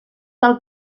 del